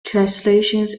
translations